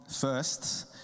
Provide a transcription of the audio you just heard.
first